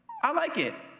i like it.